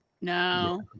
No